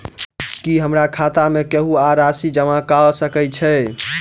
की हमरा खाता मे केहू आ राशि जमा कऽ सकय छई?